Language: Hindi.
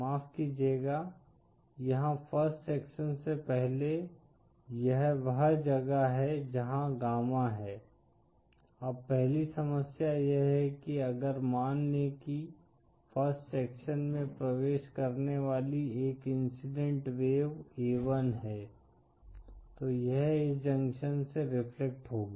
माफ़ कीजिएगा यहाँ फ़र्स्ट सेक्शन से पहले यह वह जगह है जहाँ गामा है अब पहली समस्या यह है कि अगर मान लें कि फ़र्स्ट सेक्शन में प्रवेश करने वाली एक इंसिडेंट वेव a1 है तो यह इस जंक्शन से रिफ्लेक्ट होगी